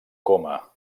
coma